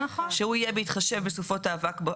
שהוא יהיה בהתחשב בסופות האבק.